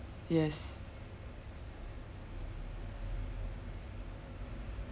yes